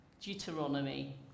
Deuteronomy